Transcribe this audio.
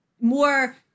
More